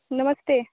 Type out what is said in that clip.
नमस्ते